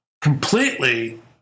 completely